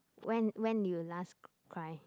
when when you last cry